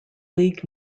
league